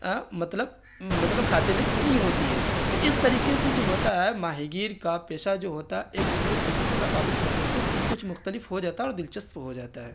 مطلب مطلب کھاتے میں نہیں ہوتی ہے تو اس طریقے سے جو ہوتا ہے ماہی گیر کا پیشہ جو ہوتا ہے ایک دوسرے پیشے سے تقابلی نظر سے کچھ مختلف ہو جاتا ہے اور دلچسپ ہو جاتا ہے